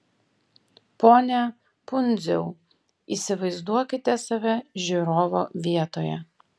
pone pundziau įsivaizduokite save žiūrovo vietoje